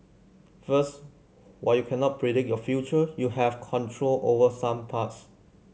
first while you cannot predict your future you have control over some parts